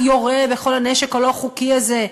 שום יורה בכל הנשק הלא-חוקי הזה,